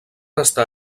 estar